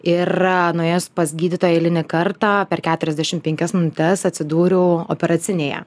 ir nuėjus pas gydytoją eilinį kartą per keturiasdešimt penkias minutes atsidūriau operacinėje